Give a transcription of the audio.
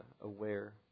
aware